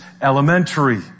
elementary